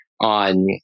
on